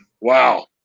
Wow